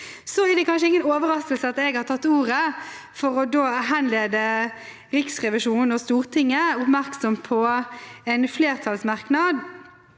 Det er kanskje ingen overraskelse at jeg har tatt ordet for å henlede Riksrevisjonens og Stortingets oppmerksomhet på en flertallsmerknad: